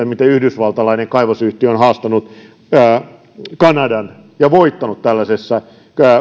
miten yhdysvaltalainen kaivosyhtiö on haastanut kanadan ja voittanut tällaisessa